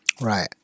Right